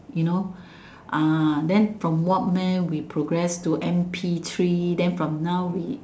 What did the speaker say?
you know ah then from walkman we progress to M_P three then from now we